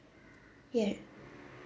yeah